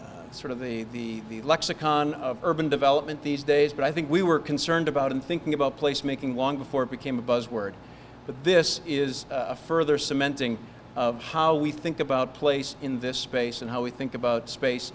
of sort of the lexicon of urban development these days but i think we were concerned about and thinking about place making long before it became a buzzword but this is a further cementing of how we think about place in this space and how we think about space